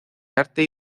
arte